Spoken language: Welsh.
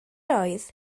oedd